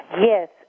Yes